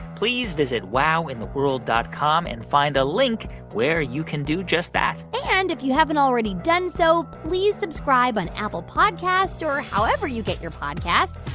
please visit wowintheworld dot com and find a link where you can do just that and if you haven't already done so, please subscribe on apple podcasts or however you get your podcasts.